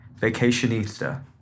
Vacationista